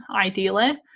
ideally